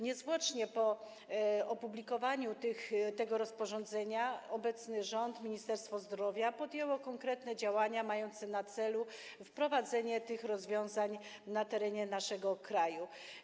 Niezwłocznie po opublikowaniu tego rozporządzenia obecny rząd, Ministerstwo Zdrowia podjęły konkretne działania mające na celu wprowadzenie tych rozwiązań na terenie naszego kraju.